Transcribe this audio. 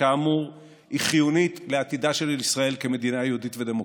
שכאמור היא חיונית לעתידה של ישראל כמדינה יהודית ודמוקרטית.